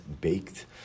baked